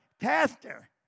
Pastor